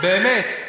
באמת.